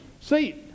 see